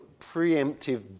preemptive